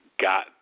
got